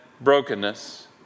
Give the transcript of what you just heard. brokenness